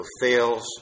fails